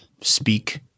speak